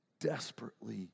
desperately